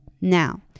Now